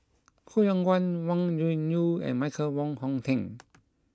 Koh Yong Guan Wang Gungwu and Michael Wong Hong Teng